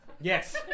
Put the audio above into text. yes